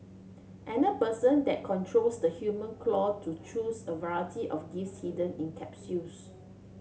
another person then controls the human claw to choose a variety of gifts hidden in capsules